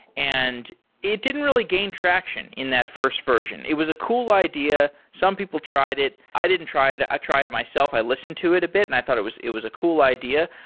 and it didn't really gain traction in that first version. it was a cool idea. some people tried it. i didn't try it. i tried it myself. i listened to it a bit and i thought it was it was a cool idea.